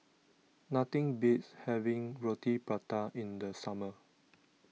nothing beats having Roti Prata in the summer